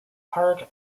part